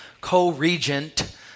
co-regent